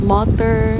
Motor